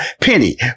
Penny